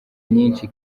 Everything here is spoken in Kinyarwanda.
nyinshi